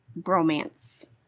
bromance